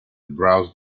browsed